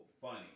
funny